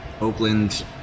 Oakland